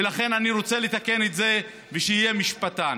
ולכן אני רוצה לתקן את זה ושיהיה משפטן.